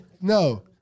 No